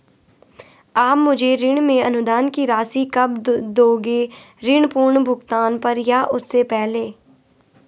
आप मुझे ऋण में अनुदान की राशि कब दोगे ऋण पूर्ण भुगतान पर या उससे पहले?